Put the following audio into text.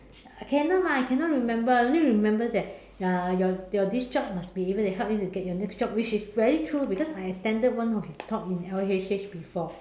cannot lah I cannot remember I only remember that uh your this job must be able to help you to get your next job which is very true because I attended one of his talk in L_H_H before